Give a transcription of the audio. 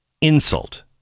insult